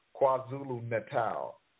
KwaZulu-Natal